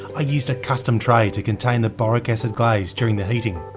i used a custom tray to contain the boric acid glaze during the heating.